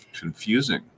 Confusing